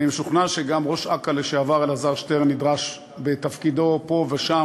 אני משוכנע שגם ראש אכ"א לשעבר אלעזר שטרן נדרש בתפקידו פה ושם